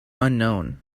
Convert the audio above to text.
unknown